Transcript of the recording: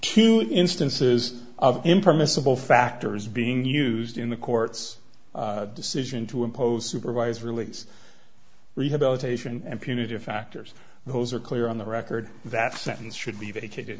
two instances of impermissible factors being used in the court's decision to impose supervised release rehabilitation and punitive factors those are clear on the record that sentence should be vacated